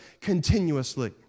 continuously